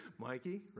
Mikey